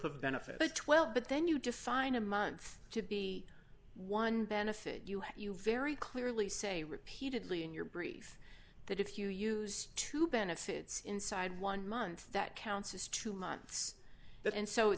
of benefit to twelve but then you define a month to be one benefit you have you very clearly say repeatedly in your brief that if you used to benefits inside one month that counts as two months but in so it